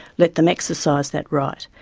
let them exercise that right.